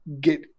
get